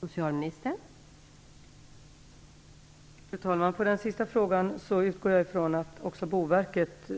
Fru talman! När det gäller den avslutande frågan utgår jag ifrån att också Boverket